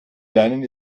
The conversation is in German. lernen